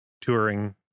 touring